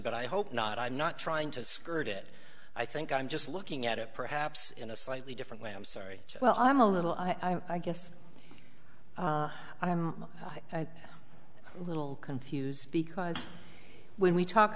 but i hope not i'm not trying to skirt it i think i'm just looking at it perhaps in a slightly different way i'm sorry well i'm a little i guess i am i a little confused because when we talk